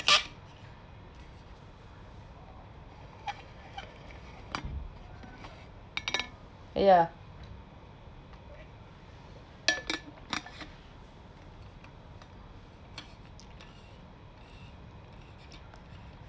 ya